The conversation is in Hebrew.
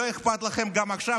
לא אכפת לכם גם עכשיו.